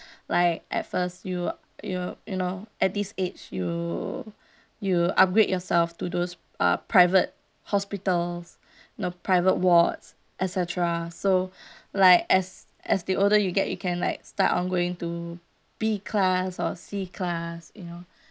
like at first you you you know at this age you you upgrade yourself to those uh private hospitals the private wards et cetera so like as as the older you get you can like start on going to B class or C class you know